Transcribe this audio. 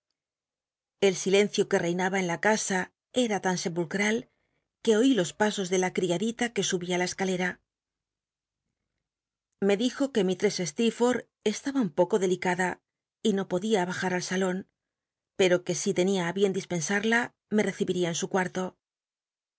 m silencio que reinaba en la casa era tan sepulcral que oí los pasos ele la criaclita que subía la cscalcra me dij o que mislress stccrforth estaba un poco delic rda y no podia abaja al salon pero que si tenia á bien dispensarla me rccibil'ia en su cua